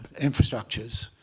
infrastructures.